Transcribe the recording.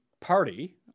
party